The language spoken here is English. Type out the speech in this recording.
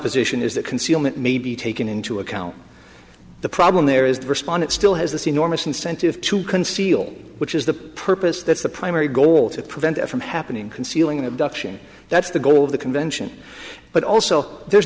position is that concealment may be taken into account the problem there is the respondent still has this enormous incentive to conceal which is the purpose that's the primary goal to prevent it from happening concealing the duction that's the goal of the convention but also there's